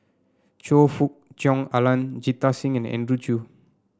Choe Fook Cheong Alan Jita Singh and Andrew Chew